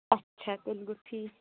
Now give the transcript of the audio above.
اَچھا تیٚلہِ گوٚو ٹھیٖک